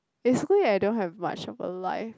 basically I don't have much of a life